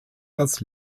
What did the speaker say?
das